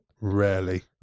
Rarely